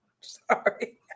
Sorry